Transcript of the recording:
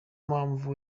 mpamvu